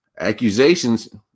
accusations